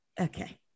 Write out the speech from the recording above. okay